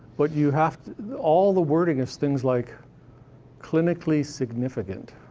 but you have all the wording is things like clinically significant.